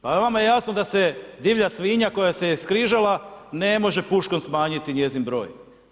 Pa jel vama jasno da se divlja svinja koja se skrižala ne može puškom smanjiti njezin broj.